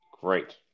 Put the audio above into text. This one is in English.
Great